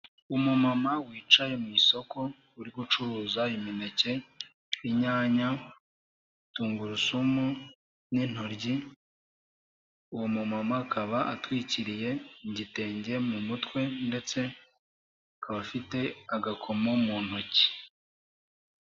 Umumama wicaye mu isoko, uri gucuruza imineke, inyanya, tungurusumu, n'intoryi, uwo mumama akaba atwikiriye igitenge mu mutwe, ndetse akaba afite agakomo mu ntoki.